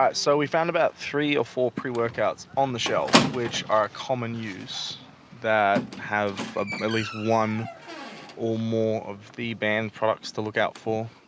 so we found about three or four pre-workouts on the shelf which are common use that have ah at least one or more of the banned products to look out for.